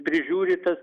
prižiūri tas